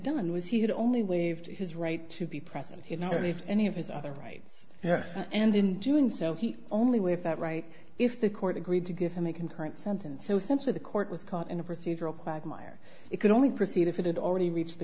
done was he had only waived his right to be present you know if any of his other rights and in doing so he only way if that right if the court agreed to give him a concurrent sentences sense or the court was caught in a procedural quagmire it could only proceed if it had already reached the